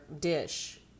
dish